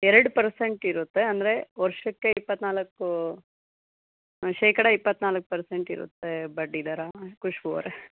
ಎರಡು ಪರ್ಸೆಂಟಿರುತ್ತೆ ಅಂದರೆ ವರ್ಷಕ್ಕೆ ಇಪ್ಪತ್ತನಾಲ್ಕು ಶೇಕಡಾ ಇಪ್ಪತ್ತನಾಲ್ಕು ಪರ್ಸೆಂಟಿರುತ್ತೆ ಬಡ್ಡಿದರ ಕುಷ್ಬು ಅವರೇ